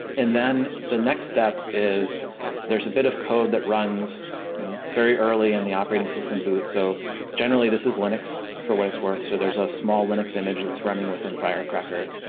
and then the next step is there's a bit of code that runs very early in the operating system boot. so generally, this is linux for what it's worth. so there's a small linux image that's running within firecracker,